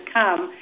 come